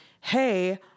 hey